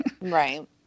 Right